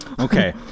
Okay